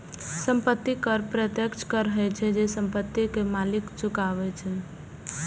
संपत्ति कर प्रत्यक्ष कर होइ छै, जे संपत्ति के मालिक चुकाबै छै